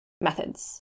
methods